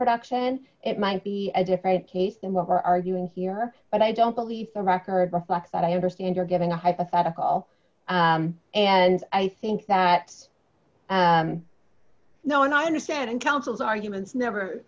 production it might be a different case than what we're arguing here but i don't believe the record reflect that i understand you're giving a hypothetical and i think that i know and i understand in counsel's arguments never